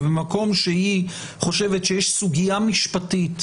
ובמקום שהיא חושבת שיש סוגיה משפטית